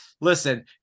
listen